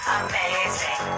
amazing